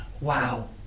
Wow